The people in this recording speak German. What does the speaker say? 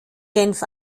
genf